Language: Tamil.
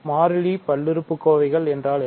மாறிலி பல்லுறுப்புக்கோவைகள் என்றால் என்ன